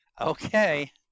Okay